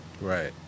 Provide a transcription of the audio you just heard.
Right